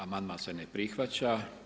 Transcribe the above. Amandman se ne prihvaća.